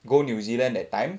go new zealand that time